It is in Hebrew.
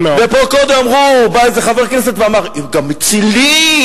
ופה קודם אמרו, בא חבר כנסת ואמר: הם גם מצילים.